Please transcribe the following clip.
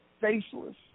faceless